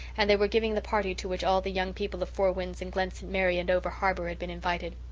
and they were giving the party to which all the young people of four winds and glen st. mary and over-harbour had been invited.